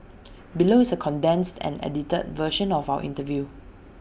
below is A condensed and edited version of our interview